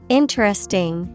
interesting